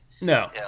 No